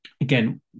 again